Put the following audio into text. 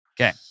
Okay